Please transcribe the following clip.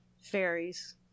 Fairies